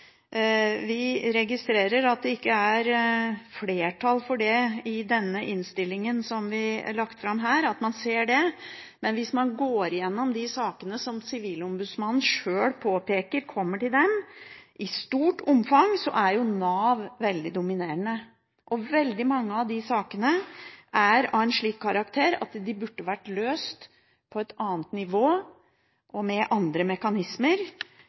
Vi registrerer at det ikke er flertall for å se på det i den innstillingen som er lagt fram her, men hvis man går igjennom de sakene som Sivilombudsmannen sjøl påpeker kommer til dem i stort omfang, er Nav veldig dominerende. Veldig mange av de sakene er av en slik karakter at de burde vært løst på et annet nivå og med andre mekanismer